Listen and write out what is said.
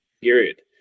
period